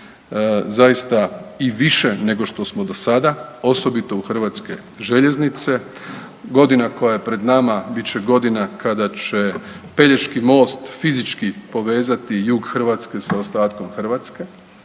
zaista i više nego što smo do sada osobito u HŽ. Godina koja je pred nama bit će godina kada će Pelješki most fizički povezati jug Hrvatske sa ostatkom Hrvatske.